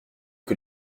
que